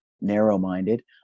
narrow-minded